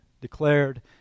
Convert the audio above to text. declared